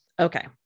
Okay